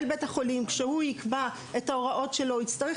בית החולים כשהוא יקבע את ההוראות שלו הוא יצטרך